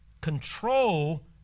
control